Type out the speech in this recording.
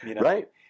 right